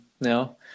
now